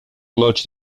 lodged